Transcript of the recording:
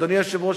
אדוני היושב-ראש,